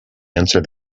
answer